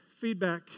feedback